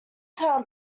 town